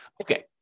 Okay